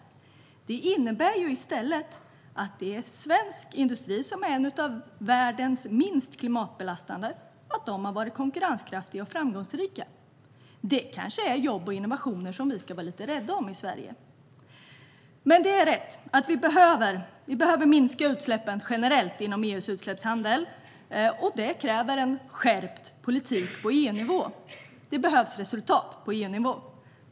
I stället innebär detta att svensk industri hör till de minst klimatbelastande i världen och att man har varit konkurrenskraftig och framgångsrik. Vi i Sverige borde kanske vara lite rädda om dessa jobb och innovationer. Det stämmer dock att vi behöver minska utsläppen inom EU:s utsläppshandel generellt. För detta krävs en skärpt politik på EU-nivå. Det behövs resultat på EU-nivå.